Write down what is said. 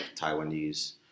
Taiwanese